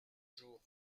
jours